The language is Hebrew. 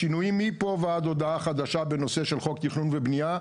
שינויים מפה ועד הודעה חדשה בנושא של חוק תכנון ובנייה.